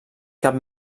cap